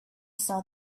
saw